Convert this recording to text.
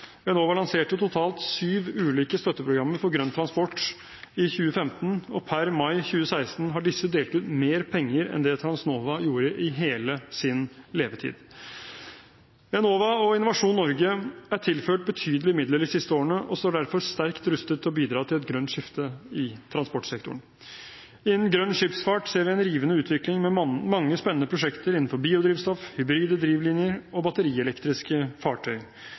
Enova lanserte totalt syv ulike støtteprogrammer for grønn transport i 2015, og per mai 2016 har disse delt ut mer penger enn Transnova gjorde i hele sin levetid. Enova og Innovasjon Norge er tilført betydelige midler de siste årene og står derfor sterkt rustet til å bidra til et grønt skifte i transportsektoren. Innen grønn skipsfart ser vi en rivende utvikling med mange spennende prosjekter innenfor biodrivstoff, hybride drivlinjer og batterielektriske fartøy.